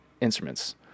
instruments